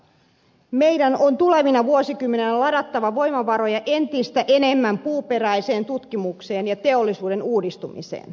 meidän on tulevina vuosikymmeninä ladattava voimavaroja entistä enemmän puuperäisen tutkimukseen ja teollisuuden uudistumiseen